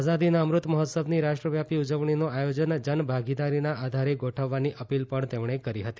આઝાદીના અમૃત મહોત્સવની રાષ્ટ્રવ્યાપી ઉજવણીનું આયોજન જન ભાગીદારીના આધારે ગોઠવવાની અપીલ પણ તેમણે કરી હતી